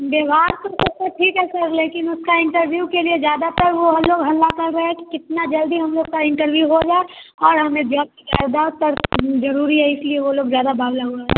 व्यव्हार तो सबका ठीक है सर लेकिन उसका इंटरव्यू के लिए ज़्यादातर वो हम लोग हल्ला कर रहे हैं कि कितना जल्दी हम लोग का इंटरव्यू होगा और हमें जॉब जॉब ज़रूरी है इसीलिए वो लोग ज़्यादा बावले हुए